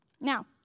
Now